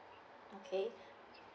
okay